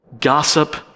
gossip